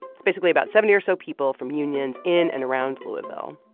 it's basically about seventy or so people from unions in and around louisville.